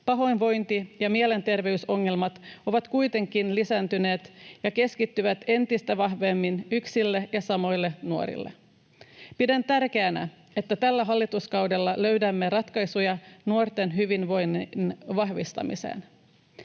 pahoinvointi ja mielenterveysongelmat ovat kuitenkin lisääntyneet ja keskittyvät entistä vahvemmin yksille ja samoille nuorille. Pidän tärkeänä, että tällä hallituskaudella löydämme ratkaisuja nuorten hyvinvoinnin vahvistamiseen.